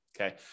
Okay